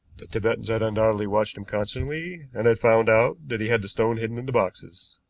the tibetans had undoubtedly watched him constantly, and had found out that he had the stone hidden in the boxes.